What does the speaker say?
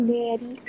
Daddy